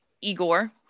Igor